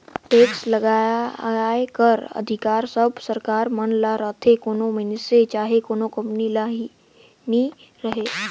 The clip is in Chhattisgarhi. टेक्स लगाए कर अधिकार बस सरकार मन ल रहथे कोनो मइनसे चहे कोनो कंपनी ल नी रहें